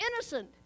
innocent